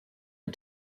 die